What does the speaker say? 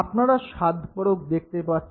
আপনারা স্বাদকোরক দেখতে পাচ্ছেন